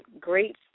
great